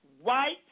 white